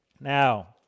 Now